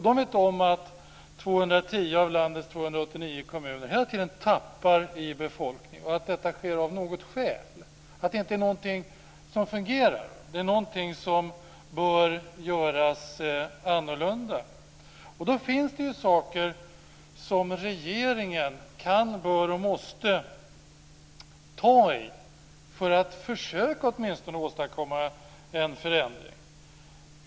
De vet om att 210 av landets 289 kommuner hela tiden tappar i befolkning och att detta sker av något skäl, att det är någonting som inte fungerar. Det är någonting som bör göras annorlunda. Då finns det saker som regeringen kan, bör och måste ta itu med för att åtminstone försöka åstadkomma en förändring.